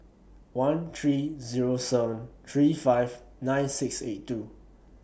one three Zero seven three five nine six eight two